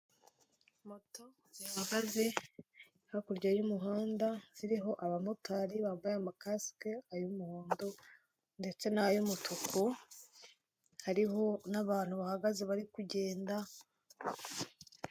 Moto zihagaze hakurya y'umuhanda ziriho abamotari bambaye amakasike ay'umuhondo ndetse n'ay'umutuku hariho n'abantu bahagaze bari kugenda.